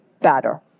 better